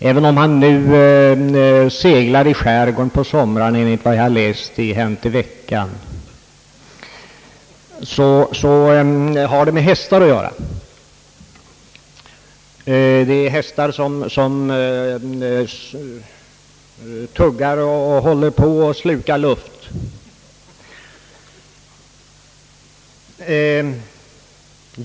Även om han nu seglar i skärgården på somrarna, enligt vad jag har läst i Hänt i veckan, så kan jag ju tala om att det har med hästar att göra; det är hästar som tuggar och slukar luft.